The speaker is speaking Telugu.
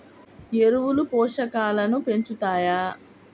ఎరువులు పోషకాలను పెంచుతాయా?